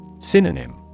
Synonym